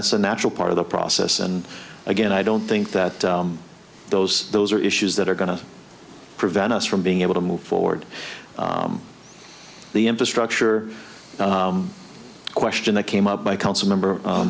that's a natural part of the process and again i don't think that those those are issues that are going to prevent us from being able to move forward the infrastructure question that came up by council member